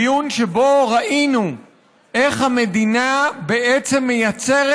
דיון שבו ראינו איך המדינה בעצם מייצרת